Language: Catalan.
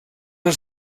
els